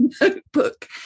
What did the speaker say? notebook